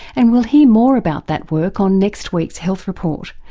and we'll hear more about that work on next week's health report.